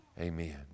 Amen